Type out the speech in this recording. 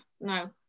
no